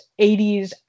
80s